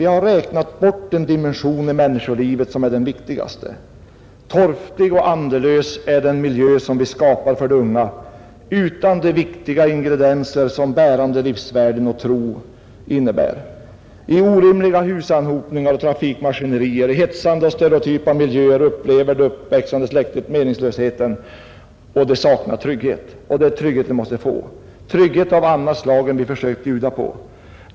Vi har räknat bort den dimension i människolivet som är den viktigaste. Torftig och andelös är den miljö som vi skapar för de unga utan de viktiga ingredienser som bärande livsvärden och tro innebär. I orimliga husanhopningar och trafikmaskinerier, i hetsande och stereotypa miljöer upplever det uppväxande släktet meningslösheten. De unga saknar trygghet, och den tryggheten måste de få, trygghet av annat slag än vi försökt bjuda på.